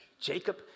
Jacob